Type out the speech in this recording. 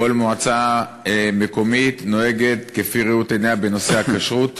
כל מועצה דתית מקומית נוהגת כפי ראות עיניה בנושאי הכשרות